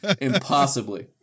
Impossibly